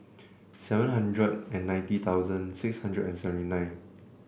seven hundred and ninety thousand six hundred and seventy nine